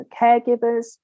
caregivers